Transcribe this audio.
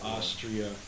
Austria